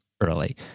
early